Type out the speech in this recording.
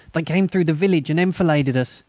they came through the village and enfiladed us.